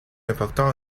important